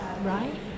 right